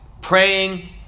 praying